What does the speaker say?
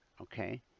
okay